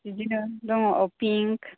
बिदिनो दङ औ पिंक